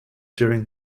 during